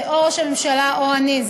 זה או ראש הממשלה או אני,